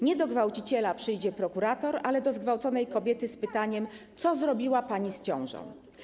Nie do gwałciciela przyjdzie prokurator, ale do zgwałconej kobiety - z pytaniem, co zrobiła pani z ciążą.